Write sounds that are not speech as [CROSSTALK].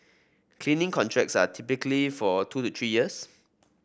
cleaning contracts are typically for two [UNINTELLIGIBLE] three years